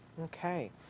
okay